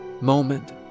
moment